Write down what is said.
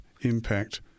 impact